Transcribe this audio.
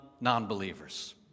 non-believers